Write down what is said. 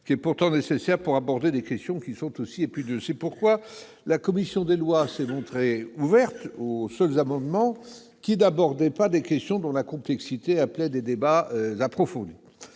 pourtant nécessaire pour aborder des questions aussi épineuses. C'est pourquoi la commission des lois s'est montrée ouverte aux seuls amendements qui ne concernaient pas des questions dont la complexité appelait des débats approfondis.